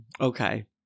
Okay